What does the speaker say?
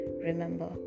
Remember